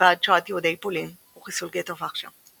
ועד שואת יהודי פולין וחיסול גטו ורשה.